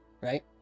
Right